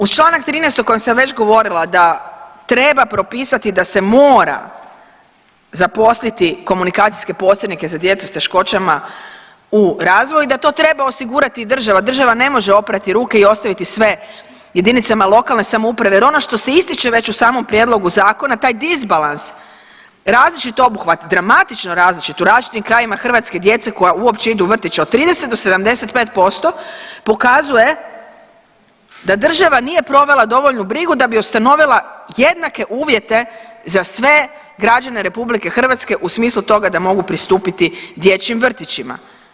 Uz čl. 13. o kojem sam već govorila da treba propisati da se mora zaposliti komunikacijske posrednike za djecu s teškoćama u razvoju i da to treba osigurati država, država ne može oprati ruke i ostaviti sve JLS jer ono što se ističe već u samom prijedlogu zakona taj disbalans, različit obuhvat, dramatično različit u različitim krajevima Hrvatske djeca koja uopće idu u vrtić od 30 do 75% pokazuje da država nije provela dovoljnu brigu da bi ustanovila jednake uvjete za sve građane RH u smislu toga da mogu pristupiti dječjim vrtićima.